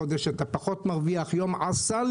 חודש אתה פחות מצליח "יום עסל,